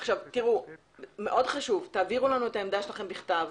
מאוד חשוב שתעבירו לנו את העמדה שלכם בכתב,